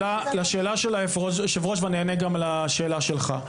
לשאלה של יושב הראש, ואני אענה גם על השאלה שלך.